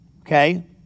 Okay